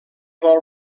vol